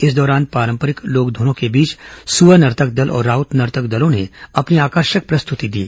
इस दौरान पारंपरिक लोक धुनों के बीच सुआ नर्तक दल और राउत नर्तक दलों ने अपनी आकर्षक प्रस्तुति दी